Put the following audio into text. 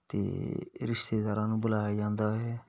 ਅਤੇ ਰਿਸ਼ਤੇਦਾਰਾਂ ਨੂੰ ਬੁਲਾਇਆ ਜਾਂਦਾ ਹੈ